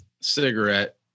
cigarette